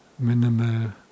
Minimal